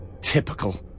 Typical